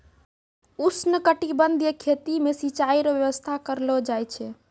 उष्णकटिबंधीय खेती मे सिचाई रो व्यवस्था करलो जाय छै